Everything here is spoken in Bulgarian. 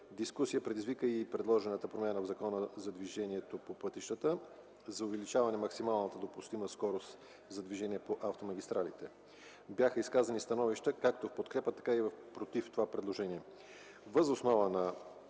Дискусия предизвика и предложената промяна в Закона за движението по пътищата за увеличаване максималната допустима скорост за движение по автомагистралите. Бяха изказани становища както в подкрепа, така и против това предложение. Въз основа на